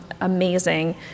amazing